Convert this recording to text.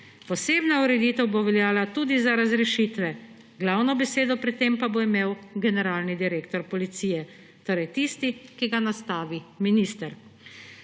Posebna ureditev bo veljala tudi za razrešitve, glavno besedo pri tem pa bo imel generalni direktor policije, torej tisti, ki ga nastavi minister.